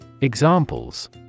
Examples